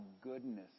goodness